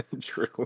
true